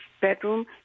bedroom